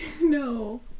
No